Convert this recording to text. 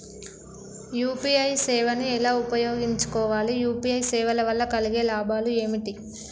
UPI సేవను ఎలా ఉపయోగించు కోవాలి? యూ.పీ.ఐ సేవల వల్ల కలిగే లాభాలు ఏమిటి?